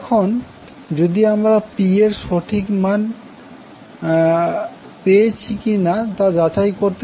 এখন যদি আমরা P এর সঠিক মানটি পেয়েছি কিনা তা যাচাই করতে চাই তাহলে আমরা কী করতে পারি